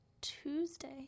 Tuesday